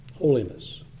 Holiness